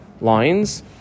lines